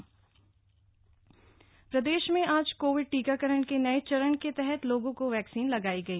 vaccination प्रदेशभर में आज कोविड टीकाकरण के नये चरण के तहत लोगों को वैक्सीन लगाई गई